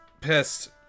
pissed